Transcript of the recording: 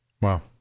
Wow